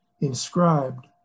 inscribed